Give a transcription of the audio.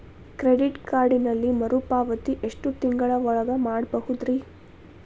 Credit ಕಾರ್ಡಿನಲ್ಲಿ ಮರುಪಾವತಿ ಎಷ್ಟು ತಿಂಗಳ ಒಳಗ ಮಾಡಬಹುದ್ರಿ?